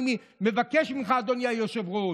אני מבקש ממך, אדוני היושב-ראש,